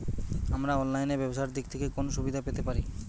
আমরা অনলাইনে ব্যবসার দিক থেকে কোন সুবিধা পেতে পারি?